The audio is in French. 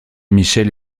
michel